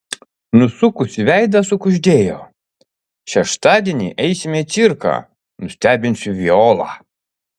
nusukusi veidą sukuždėjo šeštadienį eisime į cirką nustebinsiu violą